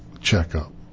checkup